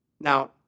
Now